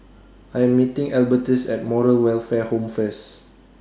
I Am meeting Albertus At Moral Welfare Home First